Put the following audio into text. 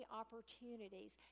opportunities